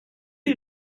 est